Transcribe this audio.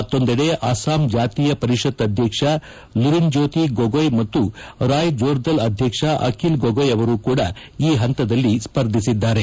ಮತ್ತೊಂದೆಡೆ ಅಸ್ಲಾಂ ಜಾತೀಯ ಪರಿಷತ್ ಅಧ್ವಕ್ಷ ಲುರಿನ್ಹೊ್ಯೇತಿ ಗೊಗೊಯ್ ಮತ್ತು ರಾಯ್ ಜೋರ್ದಲ್ ಅಧ್ವಕ್ಷ ಅಖಿಲ್ ಗೊಗೊಯ್ ಅವರು ಕೂಡಾ ಈ ಹಂತದಲ್ಲಿ ಸ್ಪರ್ಧಿಸಿದ್ದಾರೆ